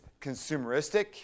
consumeristic